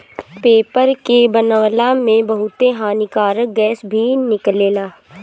paper के बनावला में बहुते हानिकारक गैस भी निकलेला